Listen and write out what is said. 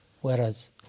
whereas